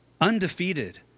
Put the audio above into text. Undefeated